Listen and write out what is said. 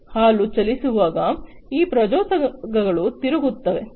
ಹಾಲು ಚಲಿಸುವಾಗ ಈ ಪ್ರಚೋದಕಗಳು ತಿರುಗುತ್ತವೆ